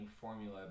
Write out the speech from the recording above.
formula